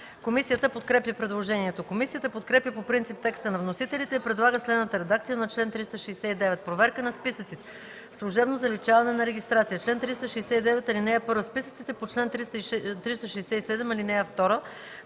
Комисията подкрепя по принцип предложението. Комисията подкрепя по принцип текста на вносителите и предлага следната редакция на чл. 259: „Проверка на списъците. Служебно заличаване на регистрацията Чл. 259. (1) Списъците по чл. 257, ал. 2